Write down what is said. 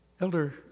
Elder